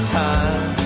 time